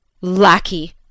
lackey